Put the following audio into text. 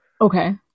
Okay